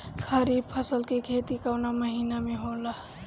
खरीफ फसल के खेती कवना महीना में होला?